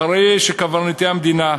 אחרי שקברניטי המדינה,